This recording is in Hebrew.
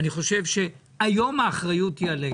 ואני חושב שהיום האחריות היא עלינו.